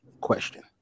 question